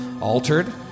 altered